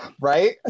Right